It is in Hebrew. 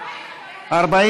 נתקבלה.